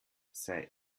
sei